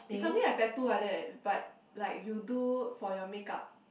is something like tattoo like that but like you do for your makeup